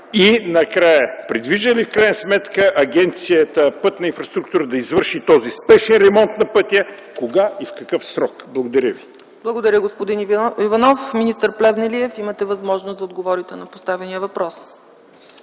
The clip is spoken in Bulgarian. Накрая, предвижда ли в крайна сметка Агенция „Пътна инфраструктура” да извърши този спешен ремонт на пътя, кога и в какъв срок? Благодаря. ПРЕДСЕДАТЕЛ ЦЕЦКА ЦАЧЕВА: Благодаря, господин Иванов. Министър Плевнелиев, имате възможност да отговорите на поставения въпрос.